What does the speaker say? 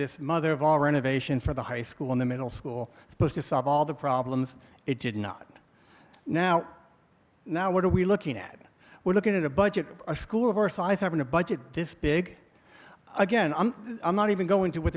this mother of all renovation for the high school in the middle school supposed to solve all the problems it did not now now what are we looking at we're looking at a budget a school of our size having a budget this big again i'm not even going to what